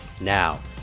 Now